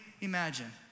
imagine